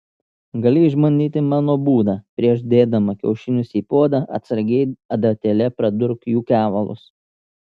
gali išbandyti mano būdą prieš dėdama kiaušinius į puodą atsargiai adatėle pradurk jų kevalus